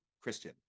Christian